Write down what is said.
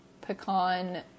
pecan